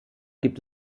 gibt